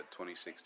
2016